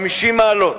50 מעלות,